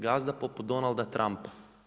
Gazda poput Donalda Trumpa.